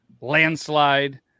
Landslide